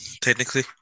technically